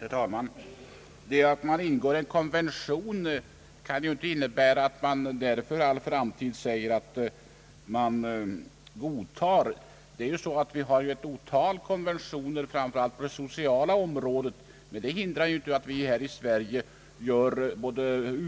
Herr talman! Att man ingår en konvention kan ju inte innebära att man för all framtid godtar den. Vi har ett stort antal konventioner framför allt på det sociala området. Det hindrar inte att vi här i Sverige gör